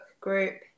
group